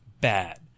bad